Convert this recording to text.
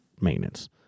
maintenance